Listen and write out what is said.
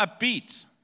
upbeat